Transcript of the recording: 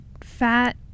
fat